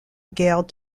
guerre